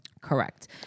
Correct